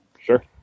Sure